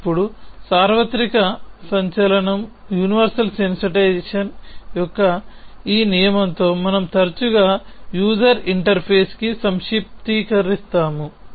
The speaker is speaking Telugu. ఇప్పుడు సార్వత్రిక సంచలనం యొక్క ఈ నియమంతో మనము తరచుగా యూసర్ ఇంటర్ ఫేజ్ కి సంక్షిప్తీకరిస్తాము